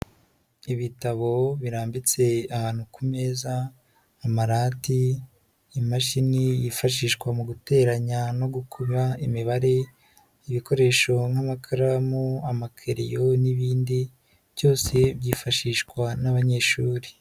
Ibitabo birambitse ahantu ku meza, amarati, imashini yifashishwa mu guteranya no gukuba imibare, ibikoresho nk'amakaramu, amakereyo n'ibindi byose byifashishwa n'abanyeshuri.